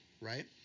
right